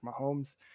Mahomes